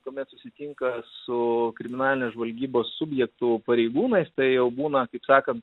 kuomet susitinka su kriminalinės žvalgybos subjektų pareigūnais tai jau būna kaip sakan